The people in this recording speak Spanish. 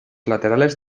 laterales